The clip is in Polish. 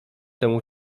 temu